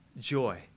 joy